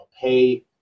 pay